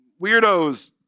weirdos